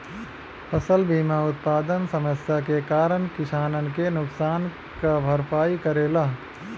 फसल बीमा उत्पादन समस्या के कारन किसानन के नुकसान क भरपाई करेला